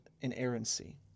inerrancy